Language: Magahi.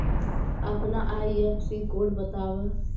अपना आई.एफ.एस.सी कोड बतावअ